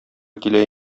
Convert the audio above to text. килә